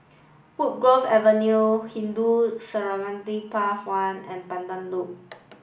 Woodgrove Avenue Hindu Cemetery Path One and Pandan Loop